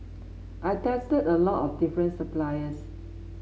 I tested a lot of different suppliers